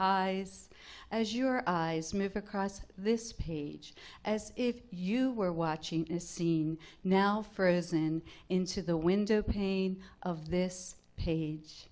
eyes as your eyes move across this page as if you were watching a scene now ferguson into the window pane of this page